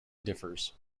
differs